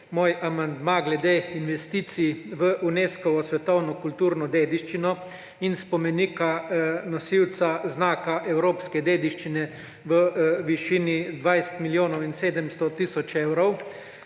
moj amandma glede investicij v Unescovo svetovno kulturno dediščino in spomenika – nosilca znaka evropske dediščine v višini 20 milijonov in 700 tisoč evrov.